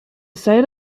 site